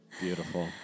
beautiful